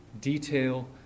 detail